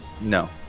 No